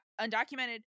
undocumented